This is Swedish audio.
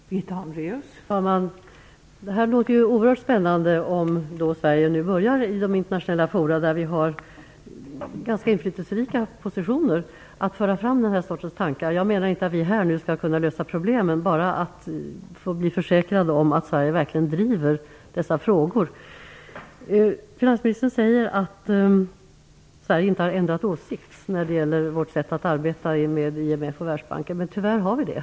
Fru talman! Det låter oerhört spännande om Sverige nu i de internationella fora där vi har ganska inflytelserika positioner, börjar föra fram den här sortens tankar. Jag menar inte att vi här och nu skall lösa problemen. Jag vill bara ha en försäkran om att Sverige verkligen driver dessa frågor. Finansministern säger att vi i Sverige inte har ändrat åsikt när det gäller vårt sätt att arbeta med IMF och Världsbanken, men tyvärr har vi det.